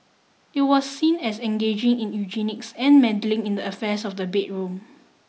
it was seen as engaging in eugenics and meddling in the affairs of the bedroom